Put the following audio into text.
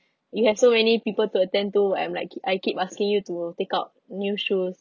you have so many people to attend to and I'm like I keep asking you to take out new shoes